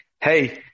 Hey